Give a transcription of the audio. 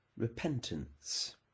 repentance